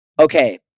Okay